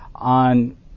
on